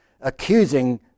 accusing